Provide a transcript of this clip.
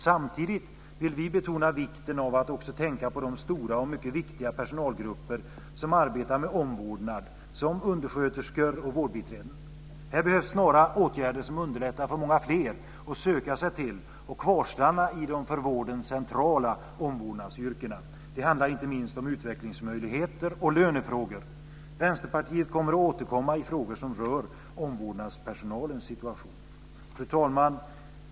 Samtidigt vill vi betona vikten av att också tänka på de stora och mycket viktiga personalgrupper som arbetar med omvårdnad, som undersköterskor och vårdbiträden. Här behövs snara åtgärder som underlättar för många fler att söka sig till och kvarstanna i de för vården centrala omvårdnadsyrkena. Det handlar inte minst om utvecklingsmöjligheter och lönefrågor. Vänsterpartiet kommer att återkomma i frågor som rör omvårdnadspersonalens situation. Fru talman!